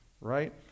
right